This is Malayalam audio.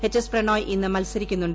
എച്ച് എസ് പ്രണോയി ഇന്ന് മത്സരിക്കുന്നുണ്ട്